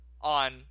on